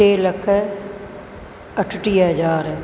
टे लख अठटीह हज़ार